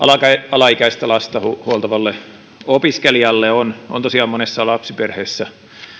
alaikäistä lasta huoltavalle opiskelijalle on on tosiaan monessa lapsiperheessä